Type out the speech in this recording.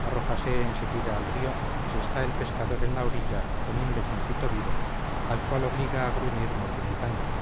arrójase en seguida al río y se está el pescador en la orilla con un lechoncito vivo al cual obliga a gruñir mortificándolo